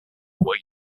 were